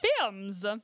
films